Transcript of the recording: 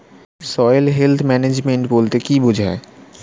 Soil health management বলতে কি বুঝায়?